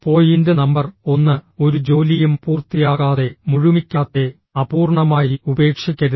point number 1 ഒരു ജോലിയും പൂർത്തിയാകാതെ മുഴുമിക്കാത്തെ അപൂർണ്ണമായി ഉപേക്ഷിക്കരുത്